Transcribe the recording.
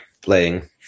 playing